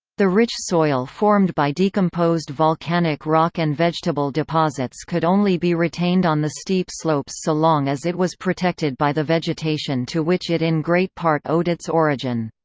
the rich soil formed by decomposed volcanic rock and vegetable deposits could only be retained on the steep slopes so long as it was protected by the vegetation to which it in great part owed its origin.